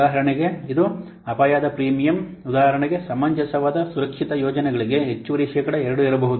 ಉದಾಹರಣೆಗೆ ಇದು ಅಪಾಯದ ಪ್ರೀಮಿಯಂ ಉದಾಹರಣೆಗೆ ಸಮಂಜಸವಾದ ಸುರಕ್ಷಿತ ಯೋಜನೆಗಳಿಗೆ ಹೆಚ್ಚುವರಿ ಶೇಕಡಾ 2 ಇರಬಹುದು